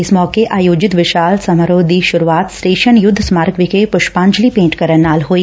ਇਸ ਮੌਕੇ ਆਯੋਜਿਤ ਵਿਸ਼ਾਲ ਸਮਾਰੋਹ ਦੀ ਸ਼ਰੁਆਤ ਸਟੇਸ਼ਨ ਯੁੱਧ ਸਮਾਰਕ ਵਿਖੇ ਪੁਸ਼ਧਾਂਜਲੀ ਭੇਟ ਕਰਨ ਨਾਲ ਹੋਈ